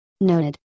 noted